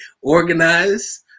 organize